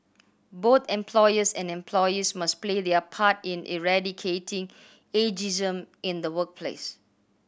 both employers and employees must play their part in eradicating ageism in the workplace